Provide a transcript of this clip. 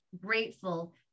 grateful